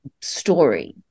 story